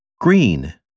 Green